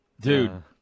Dude